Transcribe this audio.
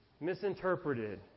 misinterpreted